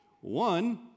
One